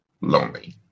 lonely